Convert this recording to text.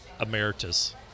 emeritus